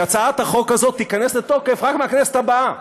שהצעת החוק הזאת תיכנס לתוקף רק מהכנסת הבאה.